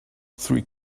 three